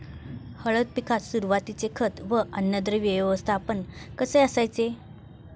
हळद पिकात सुरुवातीचे खत व अन्नद्रव्य व्यवस्थापन कसे करायचे?